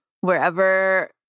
wherever